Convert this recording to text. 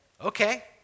okay